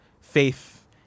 faith